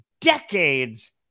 decades